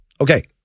Okay